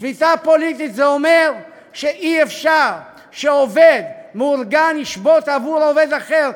שביתה פוליטית זה אומר שאי-אפשר שעובד מאורגן ישבות עבור עובד אחר.